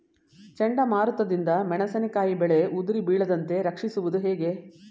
ಚಂಡಮಾರುತ ದಿಂದ ಮೆಣಸಿನಕಾಯಿ ಬೆಳೆ ಉದುರಿ ಬೀಳದಂತೆ ರಕ್ಷಿಸುವುದು ಹೇಗೆ?